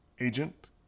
agent